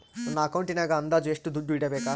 ನನ್ನ ಅಕೌಂಟಿನಾಗ ಅಂದಾಜು ಎಷ್ಟು ದುಡ್ಡು ಇಡಬೇಕಾ?